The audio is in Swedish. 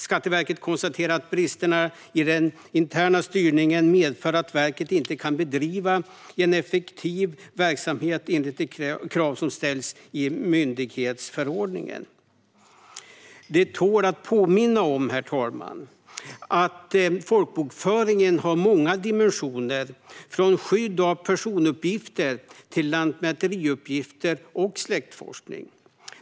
Skatteverket konstaterade att bristerna i den interna styrningen medförde att verket inte kunde bedriva en effektiv verksamhet enligt de krav som ställs i myndighetsförordningen. Herr talman! Det tål att påminnas om att folkbokföringen har många dimensioner, från skydd av personuppgifter till lantmäteriuppgifter och släktforskning.